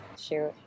Shoot